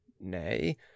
nay